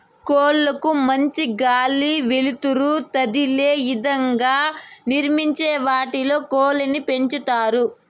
కోళ్ళ కు మంచి గాలి, వెలుతురు తదిలే ఇదంగా షెడ్లను నిర్మించి వాటిలో కోళ్ళను పెంచుతారు